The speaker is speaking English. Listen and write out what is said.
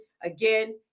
Again